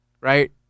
right